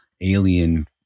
alien